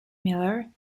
miller